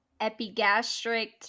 epigastric